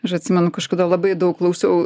aš atsimenu kažkada labai daug klausiau